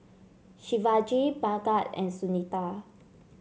Shivaji Bhagat and Sunita